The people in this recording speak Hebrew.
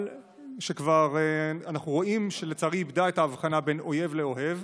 שכבר אנחנו רואים שלצערי איבדה את ההבחנה בין אויב לאוהב,